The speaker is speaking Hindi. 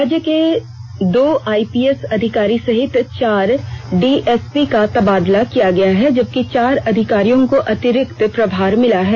राज्य के दो आइपीएस अधिकारी सहित चार डीएसपी का तबादला किया गया है जबकि चार अधिकारियों को अतिरिक्त प्रभार मिला है